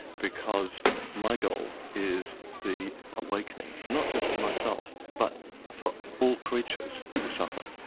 because my goal is the awakening, not just of myself but for all creatures who suffer.